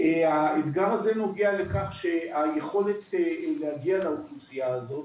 והאתגר הזה נוגע לכך שהיכולת להגיע לאוכלוסייה הזאת